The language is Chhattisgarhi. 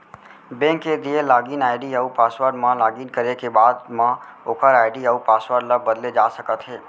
बेंक के दिए लागिन आईडी अउ पासवर्ड म लॉगिन करे के बाद म ओकर आईडी अउ पासवर्ड ल बदले जा सकते हे